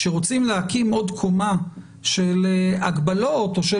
כשרוצים להקים עוד קומה של הגבלות או של